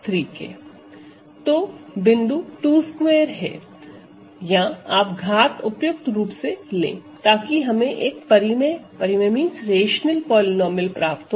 तो बिंदु 22 है या आप घात उपयुक्त रूप से लें ताकि हमें एक परिमेय पॉलीनोमिअल प्राप्त हो